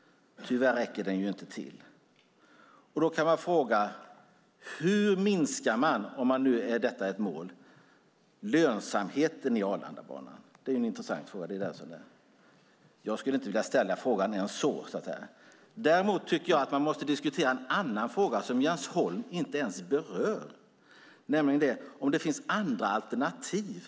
En intressant fråga är: Hur minskar man lönsamheten i Arlandabanan, om det är ett mål? Jag skulle dock inte ställa frågan så utan i stället diskutera en fråga som Jens Holm inte ens berör: Finns det andra alternativ?